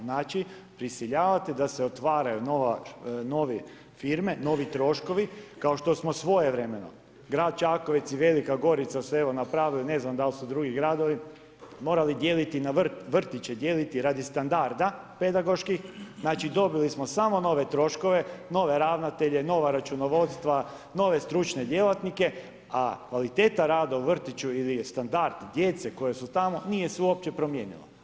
Znači prisiljavate da se otvaraju nove firme, novi troškovi kao što su svojevremeno grad Čakovec i Velika Gorica napravili, ne znam dal' su drugi gradovi morali dijeliti na vrtiće dijeliti, radi standarda pedagoških, znači dobili smo samo nove troškove, nove ravnatelje, nova računovodstva, nove stručne djelatnike a kvaliteta rada u vrtiću i standard djece koja su tamo nije se uopće se uopće promijenila.